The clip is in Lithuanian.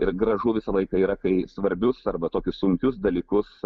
ir gražu visą laiką yra kai svarbius arba tokius sunkius dalykus